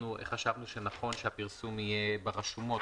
אנחנו חשבנו שנכון שהפרסום יהיה ברשומות,